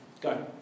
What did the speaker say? Go